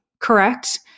correct